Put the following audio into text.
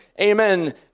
Amen